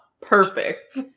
perfect